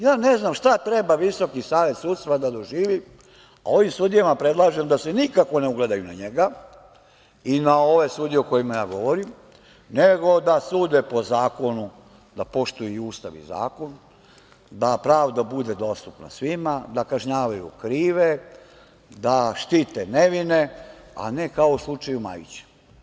Ja ne znam šta treba Visoki savet sudstva da doživi, a ovim sudijama predlažem da se nikako ne ugledaju na njega i na ove sudije o kojima ja govorim, nego da sude po zakonu, da poštuju Ustav i zakon, da pravda bude dostupna svima, da kažnjavaju krive, da štite nevine, a ne kao u slučaju Majića.